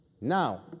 Now